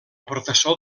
professor